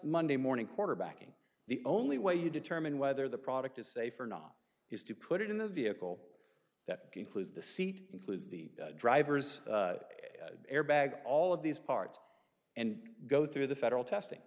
monday morning quarterbacking the only way you determine whether the product is safe or not is to put it in a vehicle that concludes the seat includes the driver's airbag all of these parts and go through the federal testing